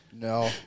No